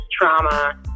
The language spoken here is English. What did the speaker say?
trauma